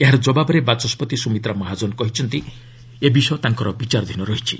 ଏହାର ଜବାବ୍ରେ ବାଚସ୍କତି ସ୍ୱମିତ୍ରା ମହାଜନ କହିଛନ୍ତି ଏ ବିଷୟ ତାଙ୍କର ବିଚାରାଧୀନ ରହିଛି